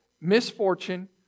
misfortune